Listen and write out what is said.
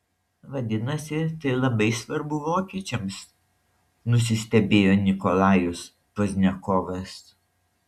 vadinasi tai labai svarbu vokiečiams nusistebėjo nikolajus pozdniakovas